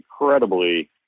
incredibly